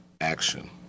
Action